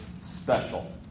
special